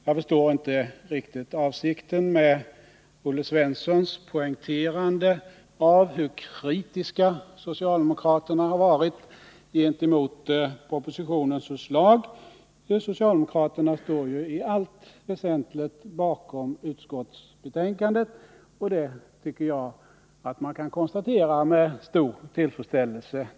Jag förstår inte riktigt avsikten med Olle Svenssons poängterande av hur kritiska socialdemokraterna har varit gentemot propositionens förslag. Socialdemokraterna står ju i allt väsentligt bakom utskottsbetänkandet, och det tycker jag att man kan konstatera med stor tillfredsställelse.